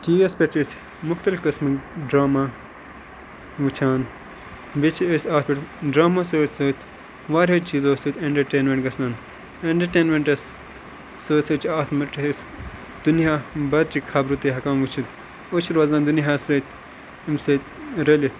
T V یَس پٮ۪ٹھ چھِ أسۍ مختلف قٕسمٕکۍ ڈرٛاما وٕچھان بیٚیہِ چھِ أسۍ اَتھ پٮ۪ٹھ ڈرٛاما سۭتۍ سۭتۍ واریاہو چیٖزو سۭتۍ اٮ۪نٹرٹینمٮ۪نٛٹ گژھان اٮ۪نٹرٹینمٮ۪نٛٹَس سۭتۍ سۭتۍ چھُ اَتھ مٮ۪نٛٹ أسۍ دُنیا برچہِ خبرٕ تہِ ہٮ۪کان وٕچھِتھ أسۍ چھِ روزان دُنیاہَس سۭتۍ اَمہِ سۭتۍ رٔلِتھ